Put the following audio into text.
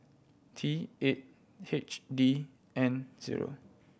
T eight H D N zero